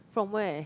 from where